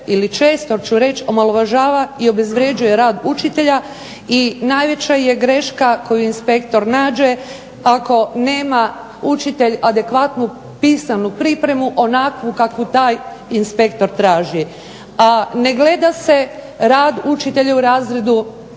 često ću reći omalovažava i obezvrjeđuje rad učitelja i najveća je greška koju inspektor nađe ako nema učitelj adekvatnu pisanu pripremu onakvu kakvu taj inspektor traži, a ne gleda se rad učitelja u razredu,